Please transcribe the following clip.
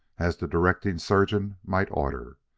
as the directing surgeon might order.